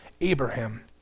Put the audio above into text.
Abraham